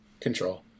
Control